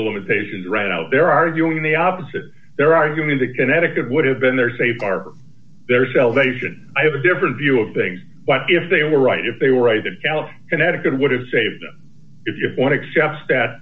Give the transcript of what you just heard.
of limitations ran out they're arguing the opposite they're arguing that connecticut would have been their safeguard their salvation i have a different view of things but if they were right if they were right the talent connecticut would have saved them if your point except that